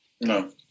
No